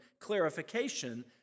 clarification